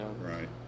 Right